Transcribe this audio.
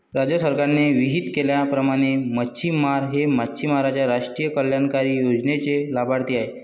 राज्य सरकारने विहित केल्याप्रमाणे मच्छिमार हे मच्छिमारांच्या राष्ट्रीय कल्याणकारी योजनेचे लाभार्थी आहेत